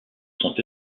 sont